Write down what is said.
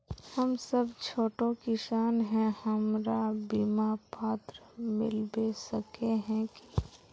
हम सब छोटो किसान है हमरा बिमा पात्र मिलबे सके है की?